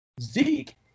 Zeke